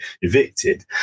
evicted